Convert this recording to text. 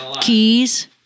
keys